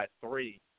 three